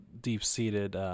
deep-seated